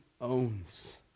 owns